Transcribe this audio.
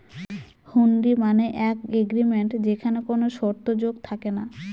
হুন্ডি মানে এক এগ্রিমেন্ট যেখানে কোনো শর্ত যোগ থাকে না